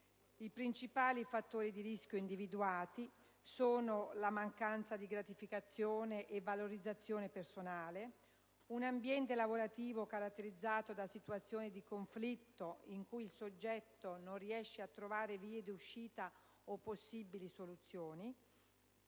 I principali fattori di rischio individuati sono la mancanza di gratificazione e valorizzazione personale; un ambiente lavorativo caratterizzato da situazioni di conflitto, in cui il soggetto non riesce a trovare vie d'uscita o possibili soluzioni;